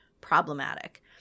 problematic